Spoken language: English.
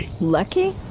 Lucky